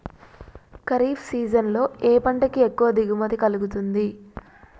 Kharif season లో ఏ పంట కి ఎక్కువ దిగుమతి కలుగుతుంది?